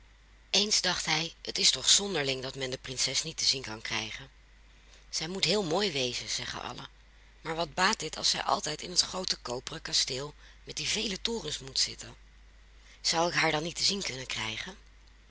eens dacht hij het is toch zonderling dat men de prinses niet te zien kan krijgen zij moet heel mooi wezen zeggen allen maar wat baat dit als zij altijd in het groote koperen kasteel met die vele torens moet zitten zou ik haar dan niet te zien kunnen krijgen